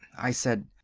i said,